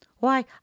Why